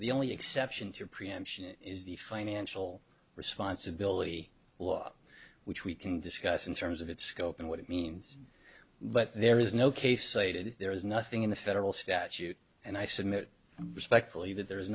the only exception to preemption is the financial responsibility law which we can discuss in terms of its scope and what it means but there is no case there is nothing in the federal statute and i submit respectfully that there is